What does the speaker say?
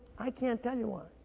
i can't tell you why.